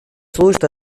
служит